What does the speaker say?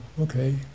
okay